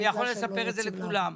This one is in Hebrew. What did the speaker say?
אני יכול לספר את זה לכולם: